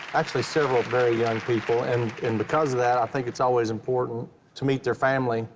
actually, several very young people. and because of that, i think it's always important to meet their family.